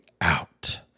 out